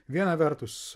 viena vertus